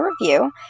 review